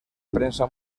prensa